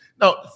now